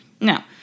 Now